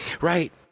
right